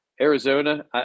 Arizona